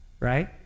right